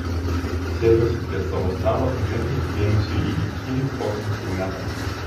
sėduosi prie savo stalo ir nekreipiu dėmesio į įkyriai spoksantį metą